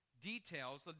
details